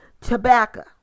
Tobacco